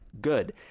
good